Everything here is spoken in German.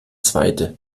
zweite